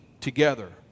together